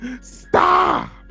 Stop